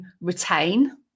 retain